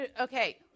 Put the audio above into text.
okay